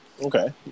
Okay